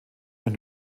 mehr